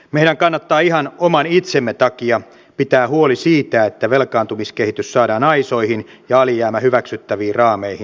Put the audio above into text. meidän kannattaa ihan oman itsemme takia pitää huoli siitä että velkaantumiskehitys saadaan aisoihin ja alijäämä hyväksyttäviin raameihin